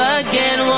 again